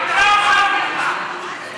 (חבר הכנסת ג'מאל זחאלקה יוצא מאולם המליאה.)